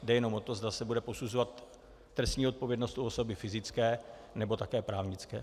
Jde jenom o to, zda se bude posuzovat trestní odpovědnost u osoby fyzické, nebo také právnické.